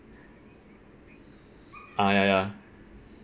ah ya